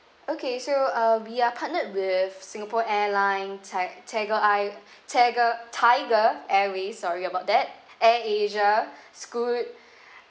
okay so uh we are partnered with singapore airline ti~ tiger I tiger tiger airway sorry about that air asia scoot